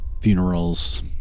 funerals